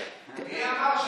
מי אמר,